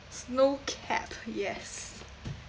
snow cap yes